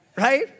Right